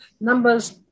Numbers